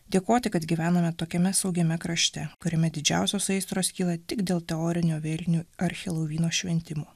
dėkoti kad gyvename tokiame saugiame krašte kuriame didžiausios aistros kyla tik dėl teorinio vėlinių ar helovyno šventimo